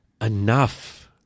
enough